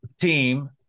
team